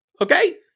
okay